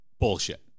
bullshit